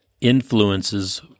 influences